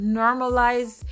normalize